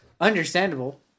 Understandable